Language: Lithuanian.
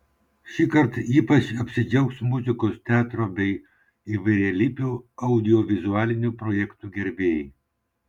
šįkart ypač apsidžiaugs muzikos teatro bei įvairialypių audiovizualinių projektų gerbėjai